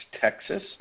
Texas